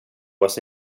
was